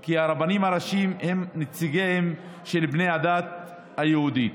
כי הרבנים הראשיים הם נציגיהם של בני הדת היהודית.